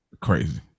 Crazy